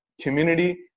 community